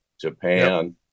japan